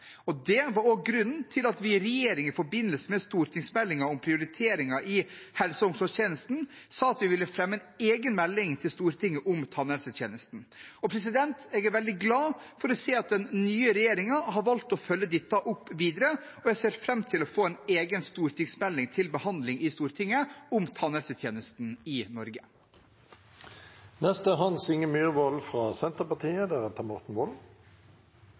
og det var også grunnen til at vi i regjering i forbindelse med stortingsmeldingen om prioriteringer i helse- og omsorgstjenesten sa at vi ville fremme en egen melding til Stortinget om tannhelsetjenesten. Jeg er veldig glad for å se at den nye regjeringen har valgt å følge dette opp videre, og jeg ser fram til å få en egen stortingsmelding om tannhelsetjenesten i Norge til behandling i Stortinget. Eg fekk eit bilde av Karius og Baktus i